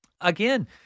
Again